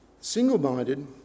Single-minded